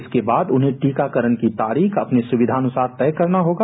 इसके बाद उन्हें टीकाकरण की तारीख अपनी सुविधा के अनुसार तय करना होगा